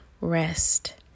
rest